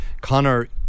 Connor